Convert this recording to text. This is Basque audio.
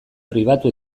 pribatu